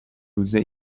روزه